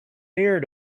near